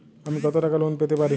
আমি কত টাকা লোন পেতে পারি?